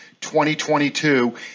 2022